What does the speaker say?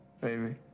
baby